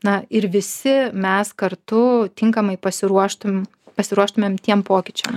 na ir visi mes kartu tinkamai pasiruoštum pasiruoštumėm tiem pokyčiam